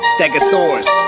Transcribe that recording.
Stegosaurus